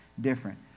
different